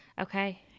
Okay